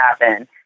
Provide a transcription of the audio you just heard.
happen